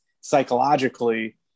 psychologically